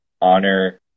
honor